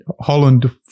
Holland